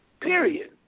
period